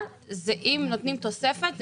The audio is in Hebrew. אבל אם נותנים תוספת,